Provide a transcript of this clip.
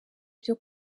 byo